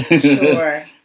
Sure